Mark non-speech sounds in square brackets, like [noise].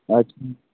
[unintelligible]